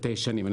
את הישנים.